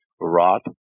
rot